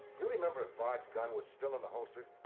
you remember if bard's gun was still in the holster?